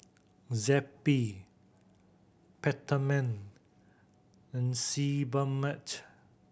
Zappy Peptamen and Sebamed